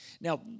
Now